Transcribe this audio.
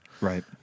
Right